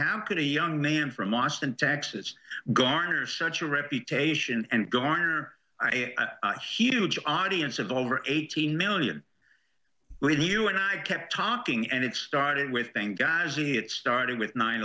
how could a young man from austin texas garner such a reputation and garner huge audience of over eighteen million radio you and i kept talking and it started with thank guys and it started with nine